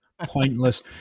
Pointless